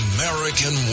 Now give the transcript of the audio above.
American